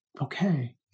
okay